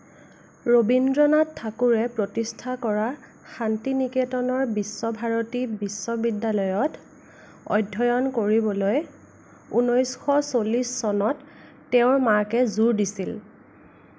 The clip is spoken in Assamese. ৰবীন্দ্ৰনাথ ঠাকুৰে প্ৰতিষ্ঠা কৰা শান্তি নিকেতনৰ বিশ্বভাৰতী বিশ্ববিদ্যালয়ত অধ্যয়ন কৰিবলৈ ঊনৈছশ চল্লিছ চনত তেওঁৰ মাকে জোৰ দিছিল